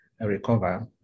recover